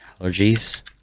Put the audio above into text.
allergies